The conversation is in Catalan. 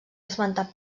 esmentat